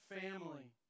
family